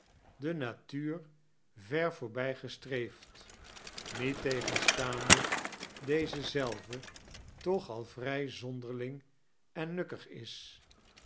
die natuur ver voorbijgestireefd ndettegenstaande deze zelve toch al vrij zonderling en nukkig is